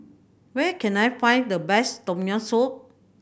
where can I find the best Tom Yam Soup